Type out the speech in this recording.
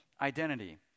identity